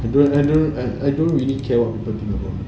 I don't I don't I don't really care what people think about me